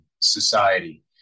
society